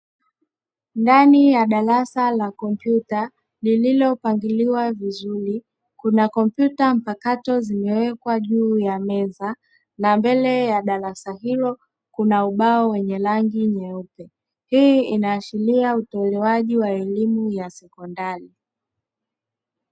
Ndani ya darasa la kompyuta lililopangiliwa vizuri kuna kompyuta mpakato zimewekwa juu ya meza na mbele ya darasa hilo kuna ubao wenye rangi nyeupe, hii inaashiria utoalewaji wa elimu ya sekondari.